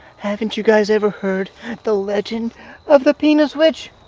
haven't you guys ever heard the legend of the penis witch?